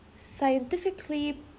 Scientifically